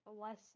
less